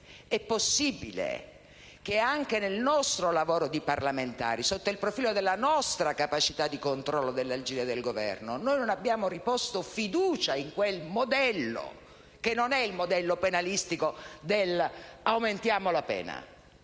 È possibile che, anche nel nostro lavoro di parlamentari, e sotto il profilo della nostra capacità di controllo dell'agire del Governo, noi non abbiamo riposto fiducia in quel modello, che non è il modello penalistico dell'"aumentiamo la pena",